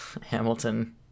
Hamilton